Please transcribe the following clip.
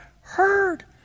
heard